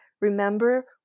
remember